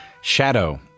Shadow